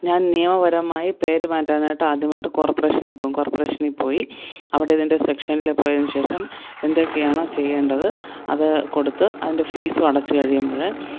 ഞാൻ നിയമപരമായി പേര് മാറ്റാനായിട്ട് ആദ്യമായിട്ട് കോർപറേഷനിൽ പോവും കോർപറേഷനിൽ പോയി അവിടെ നിന്ന് റിസെപ്ഷനിൽ പോയതിന് ശേഷം എന്തൊക്കെയാണ് ചെയ്യേണ്ടത് അത് കൊടുത്ത് അതിൻ്റെ ഫീസും അടച്ച് കഴിയുമ്പോൾ